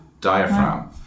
diaphragm